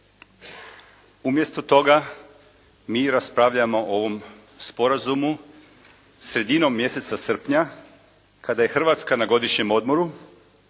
Umjesto toga mi raspravljamo o ovom sporazumu sredinom mjeseca srpnja kada je Hrvatska na godišnjem odmoru,